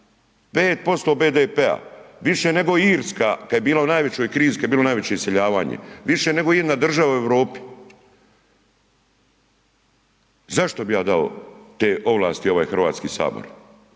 5% BDP-a. Više nego Irska kad je bila u najvećoj krizi, kad je bilo najveće iseljavanje, više nego ijedna država u Europi. Zašto bi ja dao te ovlasti ovaj Hrvatski sabor,